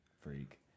freak